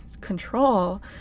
control